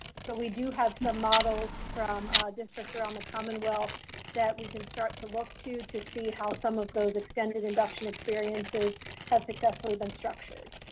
so we do have some models from districts around the commonwealth that we can start to look to, to see how some of those extended induction experiences have successfully been structured